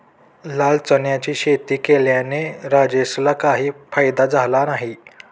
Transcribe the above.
लाल चण्याची शेती केल्याने राजेशला काही फायदा झाला नाही